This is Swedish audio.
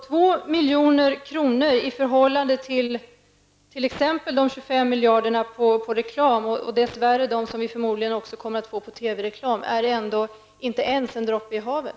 2 milj.kr. är inte ens en droppe i havet i förhållande till de 25 miljarder kronor som gäller reklam och de pengar som dess värre kommer att gälla TV-reklamen.